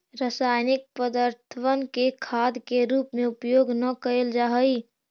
रासायनिक पदर्थबन के खाद के रूप में उपयोग न कयल जा हई